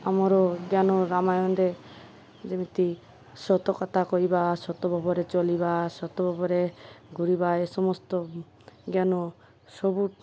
ଆମର ଜ୍ଞାନ ରାମାୟଣରେ ଯେମିତି ସତକଥା କହିବା ସତଭାବରେ ଚଲିବା ସତଭବରେ ଘୁରିବା ଏ ସମସ୍ତ ଜ୍ଞାନ ସବୁ